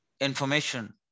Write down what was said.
information